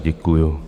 Děkuju.